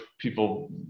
People